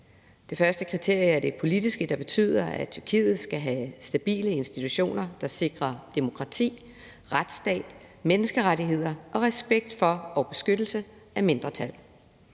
Det første kriterie er det politiske, der betyder, at Tyrkiet skal have stabile institutioner, der sikrer demokrati, retsstat, menneskerettigheder og respekt for og beskyttelse af mindretal.